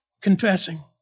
confessing